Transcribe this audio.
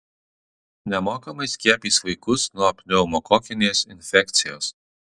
nemokamai skiepys vaikus nuo pneumokokinės infekcijos